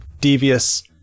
devious